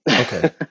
Okay